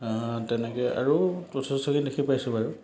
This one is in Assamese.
তেনেকৈ আৰু দেখি পাইছোঁ বাৰু